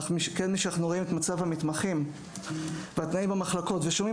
אך משאנחנו רואים את מצב המתמחים והתנאים במחלקות ושומעים